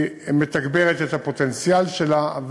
היא מתגברת את הפוטנציאל שלה.